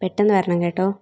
പെട്ടെന്ന് വരണം കേട്ടോ